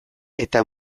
eta